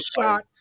shot